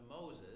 Moses